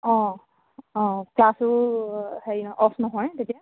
অ' অ' ক্লাছো হেৰি অফ নহয় তেতিয়া